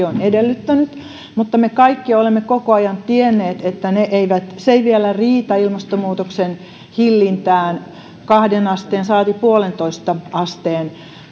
on edellyttänyt mutta me kaikki olemme koko ajan tienneet että se ei vielä riitä ilmastonmuutoksen hillintään kahteen asteen saati yhteen pilkku viiteen asteen